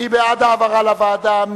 מי בעד העברה לוועדה?